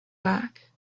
back